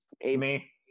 Amy